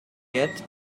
yet